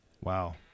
Wow